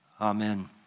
amen